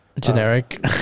generic